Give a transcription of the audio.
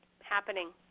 happening